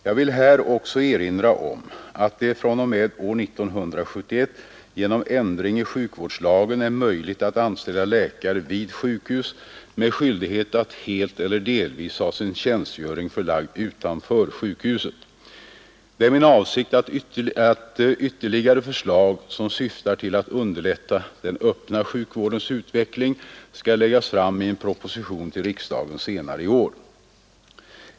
Jag vill här också erinra om att det fr.o.m. år 1971 genom ändring i sjukvårdslagen är möjligt att anställa läkare vid sjukhus med skyldighet att helt eller delvis ha sin tjänstgöring förlagd utanför sjukhuset. Det är min avsikt att ytterligare förslag som syftar till att underlätta den öppna sjukvårdens utveckling skall läggas fram i en proposition till riksdagen senare i år.